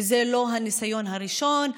וזה לא הניסיון הראשון,